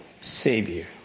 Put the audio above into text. savior